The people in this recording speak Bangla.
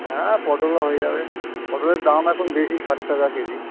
হ্যাঁ পটলও হয়ে যাবে পটলের দাম এখন বেশি ষাট টাকা কেজি